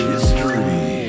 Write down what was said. History